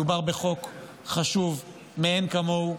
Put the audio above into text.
מדובר בחוק חשוב מאין כמוהו,